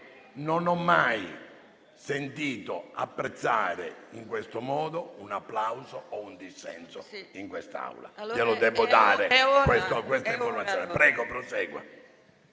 Non ho mai sentito apprezzare in questo modo un applauso o un dissenso in quest'Aula,